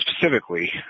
specifically